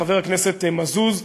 חבר הכנסת מזוז,